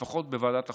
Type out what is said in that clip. לפחות בוועדת החוקה.